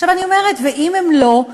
עכשיו אני אומרת: ואם הם לא?